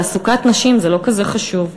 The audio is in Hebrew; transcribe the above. תעסוקת נשים זה לא כזה חשוב.